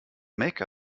make